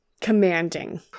Commanding